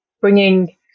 bringing